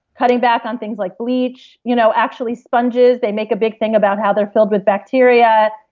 cutting back on things like bleach. you know actually sponges, they make a big thing about how they're filled with bacteria,